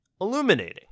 illuminating